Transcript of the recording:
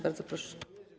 Bardzo proszę.